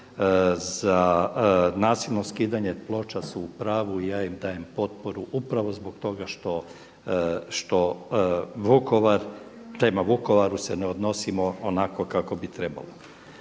za nasilno skidanje ploča su u pravu i ja im dajem potporu upravo zbog toga što Vukovar, prema Vukovaru se ne odnosimo onako kako bi trebalo.